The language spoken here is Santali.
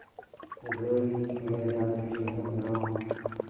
ᱜᱟᱹᱭ ᱥᱮ ᱰᱟᱹᱝᱨᱤ ᱢᱤᱦᱩ ᱢᱮᱨᱚᱢ